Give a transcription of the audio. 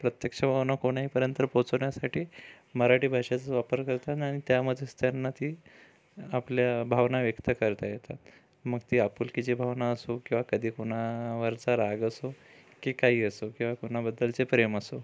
प्रत्यक्ष भावना कोण्याही पर्यंत पोहचवण्यासाठी मराठी भाषेचाच वापर करतात आणि त्यामध्येच त्यांना ती आपल्या भावना व्यक्त करता येतात मग ती आपुलकीची भावना असो किंवा कधी कुणा वरचा राग असो की काहीही असो किंवा कोणाबद्दलचे प्रेम असो